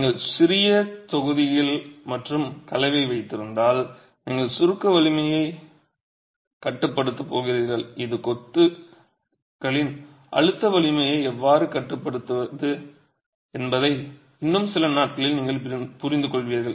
நீங்கள் சிறிய தொகுதிகள் மற்றும் கலவை வைத்திருந்தால் நீங்கள் சுருக்க வலிமையை கட்டுப்படுத்தப் போகிறீர்கள் இது கொத்துகளின் அழுத்த வலிமையை எவ்வாறு கட்டுப்படுத்தப் போகிறது என்பதை இன்னும் சில நாட்களில் நீங்கள் புரிந்துகொள்வீர்கள்